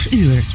uur